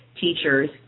teachers